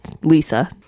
Lisa